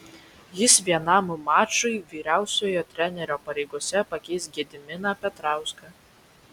jis vienam mačui vyriausiojo trenerio pareigose pakeis gediminą petrauską